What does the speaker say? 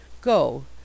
Go